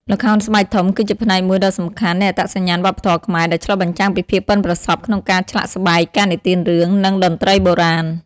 ល្ខោនស្បែកធំគឺជាផ្នែកមួយដ៏សំខាន់នៃអត្តសញ្ញាណវប្បធម៌ខ្មែរ ដែលឆ្លុះបញ្ចាំងពីភាពប៉ិនប្រសប់ក្នុងការឆ្លាក់ស្បែក ការនិទានរឿង និងតន្ត្រីបុរាណ ។